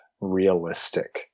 realistic